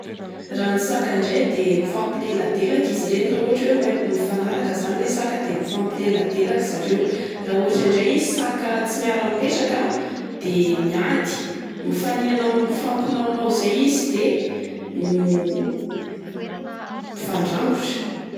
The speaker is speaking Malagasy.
Raha ny saka ndray dia mifampileladelaka izy reny raha ohatra hoe m-mahay- mifanaraka zany ilay saka de mifampileladelaka zareo. Raha ohatra indray izy saka tsy miara-mipetraka a, dia miady mifaninana mifampinaonao izay izy de m- mifandrangotra.